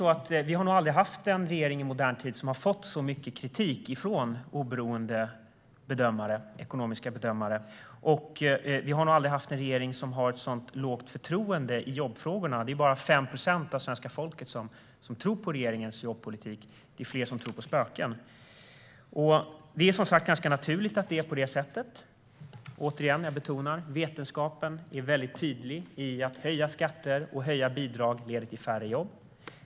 Vi har nog aldrig haft en regering i modern tid som har fått så mycket kritik från oberoende ekonomiska bedömare, och vi har nog aldrig haft en regering som har ett så lågt förtroende i jobbfrågorna. Det är bara 5 procent av svenska folket som tror på regeringens jobbpolitik. Det är fler som tror på spöken. Det är naturligt att det är så. Vetenskapen är tydlig i att höjda skatter och höjda bidrag leder till färre jobb.